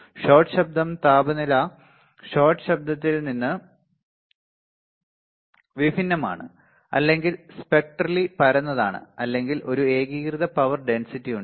shot ശബ്ദം താപനില shot ശബ്ദത്തിൽ നിന്ന് വിഭിന്നമാണ് അല്ലെങ്കിൽ സ്പെക്ട്രലി പരന്നതാണ് അല്ലെങ്കിൽ ഒരു ഏകീകൃത പവർ ഡെൻസിറ്റി ഉണ്ട്